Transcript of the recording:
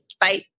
Bye